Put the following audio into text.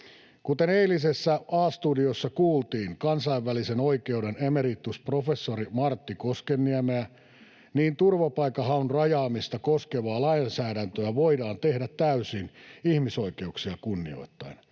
Kuten eilisessä A-studiossa kuultiin kansainvälisen oikeuden emeritusprofessori Martti Koskenniemeä, niin turvapaikanhaun rajaamista koskevaa lainsäädäntöä voidaan tehdä täysin ihmisoikeuksia kunnioittaen.